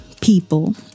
people